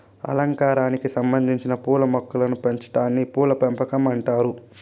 అలంకారానికి సంబందించిన పూల మొక్కలను పెంచాటాన్ని పూల పెంపకం అంటారు